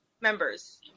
Members